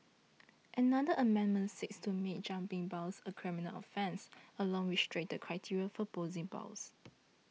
another amendment seeks to make jumping bail a criminal offence along with stricter criteria for posting bail